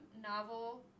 Novel